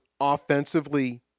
offensively